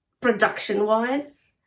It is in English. production-wise